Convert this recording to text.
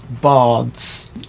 Bards